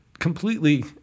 Completely